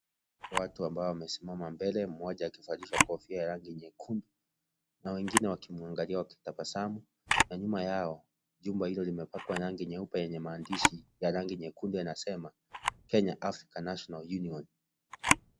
Watu ambao wamesimama mbele, mmoja akivalishwa kofia ya rangi nyekundu, na wengine wakimwangalia wakitabasamu, na nyuma yao jumba hilo limepakwa rangi nyeupe yenye maandishi ya rangi nyekundu yanasema Kenya Africa National Union.